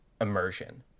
immersion